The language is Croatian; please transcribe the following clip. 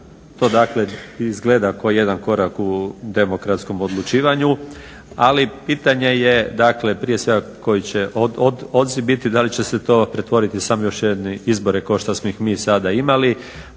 to dakle izgleda kao jedan korak u demokratskom odlučivanju ali pitanje je dakle prije svega koji će odziv biti, da li će se to pretvoriti u samo još jedne izbore kao što smo ih mi sada imali.